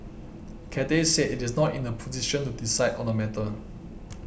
Cathay said it is not in the position to decide on the matter